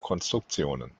konstruktionen